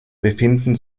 befinden